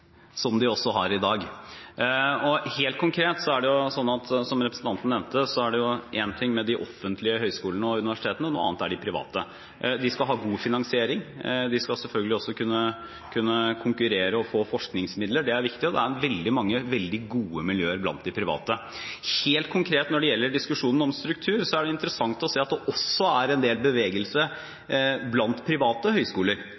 som de også har i dag. Helt konkret: Det er, som representanten nevnte, én ting med de offentlige høyskolene og universitetene – noe annet er de private. De skal ha god finansiering, og de skal selvfølgelig også kunne konkurrere og få forskningsmidler. Det er viktig, og det er veldig mange veldig gode miljøer blant de private. Helt konkret når det gjelder diskusjonen om struktur: Det er interessant å se at det også er en del bevegelse blant private høyskoler.